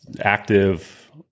active